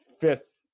fifth